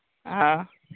हाँ